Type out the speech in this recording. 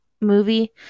movie